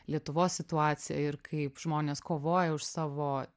lietuvos situaciją ir kaip žmonės kovoja už savo